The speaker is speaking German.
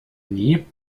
nie